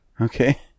Okay